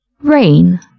Rain